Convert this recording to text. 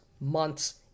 months